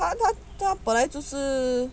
他他他他本来就是